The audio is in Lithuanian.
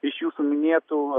iš jūsų minėtų